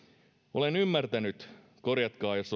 olen ymmärtänyt korjatkaa jos